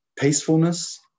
peacefulness